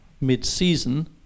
mid-season